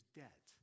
debt